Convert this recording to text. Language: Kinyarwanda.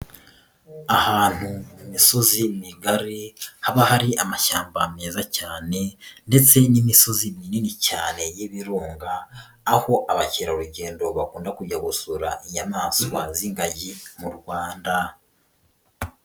Ahantu mu misozi migari, haba hari amashyamba meza cyane ndetse n'imisozi minini cyane y'ibirunga, aho abakerarugendo bakunda kujya gusura inyamaswa z'ingagi mu Rwanda.